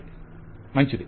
vendor మంచిది